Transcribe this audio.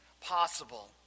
possible